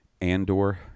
Andor